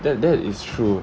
that that is true